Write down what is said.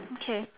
okay